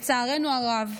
לצערנו הרב,